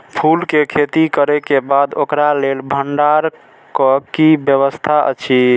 फूल के खेती करे के बाद ओकरा लेल भण्डार क कि व्यवस्था अछि?